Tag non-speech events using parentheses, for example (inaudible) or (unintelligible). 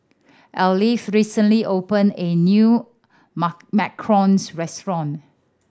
Arleth recently open a new (unintelligible) macarons restaurant